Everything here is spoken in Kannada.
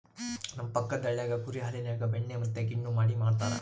ನಮ್ಮ ಪಕ್ಕದಳ್ಳಿಗ ಕುರಿ ಹಾಲಿನ್ಯಾಗ ಬೆಣ್ಣೆ ಮತ್ತೆ ಗಿಣ್ಣು ಮಾಡಿ ಮಾರ್ತರಾ